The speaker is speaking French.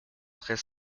très